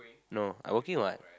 no I working what